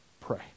Pray